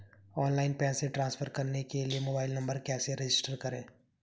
Online पैसे transfer करने के लिए मोबाइल नंबर कैसे रजिस्टर करें?